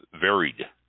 varied